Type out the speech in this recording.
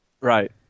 Right